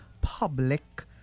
public